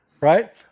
Right